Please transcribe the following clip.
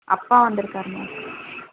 அப்பா வந்திருக்காரு மேம்